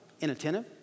inattentive